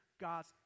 God's